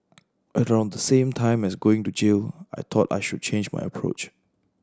around the same time as going to jail I thought I should change my approach